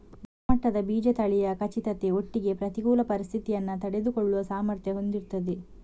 ಗುಣಮಟ್ಟದ ಬೀಜ ತಳಿಯ ಖಚಿತತೆ ಒಟ್ಟಿಗೆ ಪ್ರತಿಕೂಲ ಪರಿಸ್ಥಿತಿಯನ್ನ ತಡೆದುಕೊಳ್ಳುವ ಸಾಮರ್ಥ್ಯ ಹೊಂದಿರ್ತದೆ